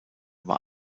war